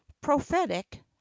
prophetic